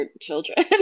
children